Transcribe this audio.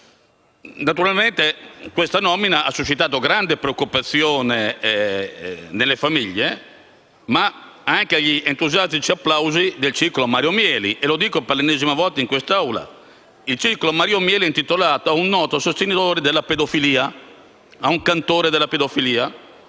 Naturalmente la sua nomina ha suscitato grande preoccupazione nelle famiglie, ma anche gli entusiastici applausi del circolo «Mario Mieli». E dico per l'ennesima volta in quest'Aula che il circolo «Mario Mieli» è intitolato a un noto sostenitore della pedofilia, a un cantore della pedofilia.